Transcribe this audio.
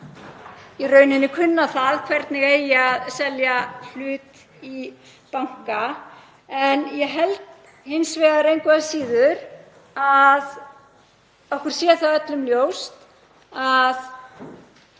í rauninni kunna það hvernig eigi að selja hlut í banka. En ég held engu að síður að okkur sé það öllum ljóst að